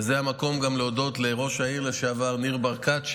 וזה המקום גם להודות לראש העיר לשעבר ניר ברקת,